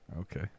Okay